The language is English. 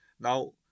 Now